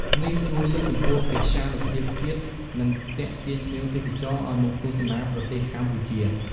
នេះជួយលើកកម្ពស់កិត្យានុភាពជាតិ និងទាក់ទាញភ្ញៀវទេសចរឱ្យមកទស្សនាប្រទេសកម្ពុជា។